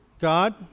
God